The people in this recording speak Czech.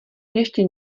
ještě